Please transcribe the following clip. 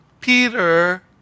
Peter